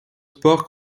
sports